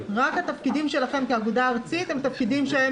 התפקידים שלכם כאגודה ארצית הם תפקידים שהם